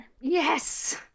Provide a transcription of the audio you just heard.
Yes